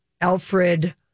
Alfred